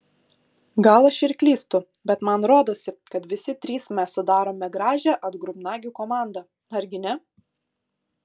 gal aš ir klystu bet man rodosi kad visi trys mes sudarome gražią atgrubnagių komandą argi ne